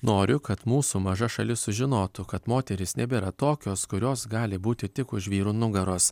noriu kad mūsų maža šalis sužinotų kad moterys nebėra tokios kurios gali būti tik už vyro nugaros